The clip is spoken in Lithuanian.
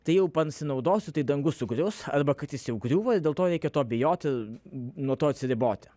tai jau pasinaudosiu tai dangus sugrius arba kad jis jau griūva ir dėl to reikia to bijoti nuo to atsiriboti